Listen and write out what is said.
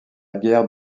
guerre